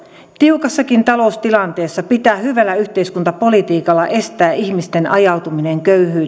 tiukassakin taloustilanteessa pitää hyvällä yhteiskuntapolitiikalla estää ihmisten ajautuminen köyhyyteen